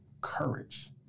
courage